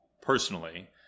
personally